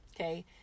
Okay